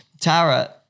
Tara